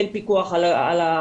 אין פיקוח על כמות הילדים.